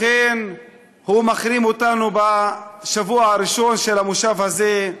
לכן הוא מחרים אותנו בשבוע הראשון של המושב הזה.